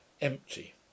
empty